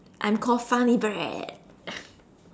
I'm called funny bread